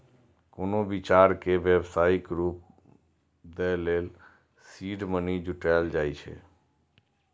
कोनो विचार कें व्यावसायिक रूप दै लेल सीड मनी जुटायल जाए छै